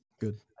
Good